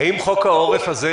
האם חוק העורף הזה